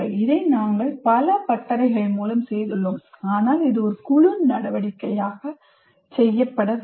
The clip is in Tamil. இதை நாங்கள் பல பட்டறைகள் மூலம் செய்துள்ளோம் ஆனால் இது ஒரு குழு நடவடிக்கையாக செய்யப்பட வேண்டும்